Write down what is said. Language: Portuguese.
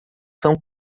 são